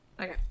Okay